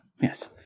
Yes